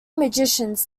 magicians